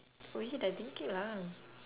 wait I thinking lah